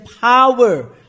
power